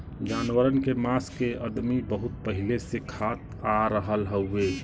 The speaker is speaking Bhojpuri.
जानवरन के मांस के अदमी बहुत पहिले से खात आ रहल हउवे